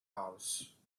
house